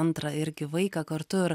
antrą irgi vaiką kartu ir